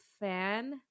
fan